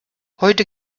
heute